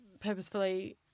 purposefully